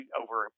over